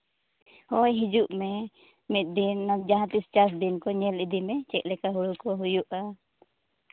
ᱦᱳᱭ ᱦᱤᱡᱩᱜ ᱢᱮ ᱢᱤᱫ ᱫᱤᱱ ᱡᱟᱦᱟᱸ ᱛᱤᱥ ᱪᱟᱥ ᱫᱤᱱ ᱠᱚ ᱧᱮᱞ ᱤᱫᱤ ᱢᱮ ᱪᱮᱫ ᱞᱮᱠᱟ ᱦᱩᱲᱩ ᱠᱚ ᱦᱩᱭᱩᱜᱼᱟ